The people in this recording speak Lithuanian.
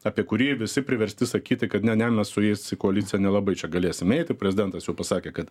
apie kurį visi priversti sakyti kad ne ne mes su jais į koaliciją nelabai čia galėsim eiti prezidentas jau pasakė kad